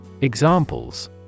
Examples